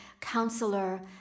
Counselor